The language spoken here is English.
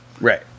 Right